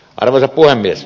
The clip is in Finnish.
arvoisa puhemies